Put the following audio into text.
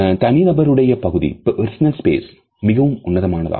தனி நபருடைய பகுதி மிகவும் உன்னதமானது ஆகும்